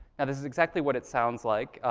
and this is exactly what it sounds like.